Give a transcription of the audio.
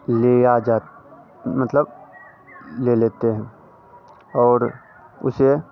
लिया मतलब ले लेते हैं और उसे